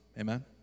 Amen